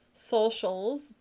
Socials